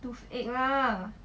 toothache lah